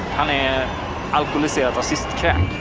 an alcoholic ah racist